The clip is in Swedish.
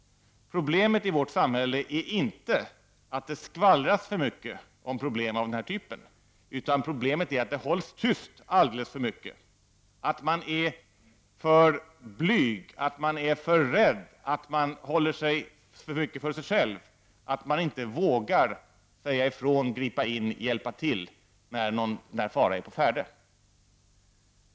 Problemet i vårt samhälle är inte att det skvallras för mycket om problem av denna typ. Problemet i dag är i stället att det hålls tyst alldeles för mycket, att man är för blyg, för rädd, håller sig för mycket för sig själv och att man inte vågar säga ifrån, gripa in och hjälpa till när fara är på färde.